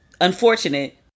unfortunate